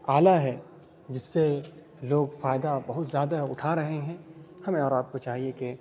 آلہ ہے جس سے لوگ فائدہ بہت زیادہ اٹھا رہے ہیں ہمیں اور آپ کو چاہیے کہ